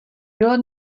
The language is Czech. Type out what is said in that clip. dole